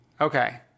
okay